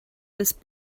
this